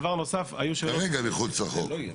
כרגע מחוץ לחוק.